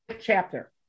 chapter